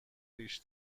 ریش